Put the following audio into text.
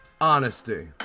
Honesty